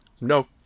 no